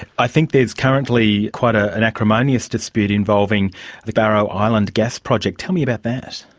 i think there is currently quite ah an acrimonious dispute involving the barrow island gas project. tell me about that.